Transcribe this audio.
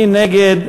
מי נגד?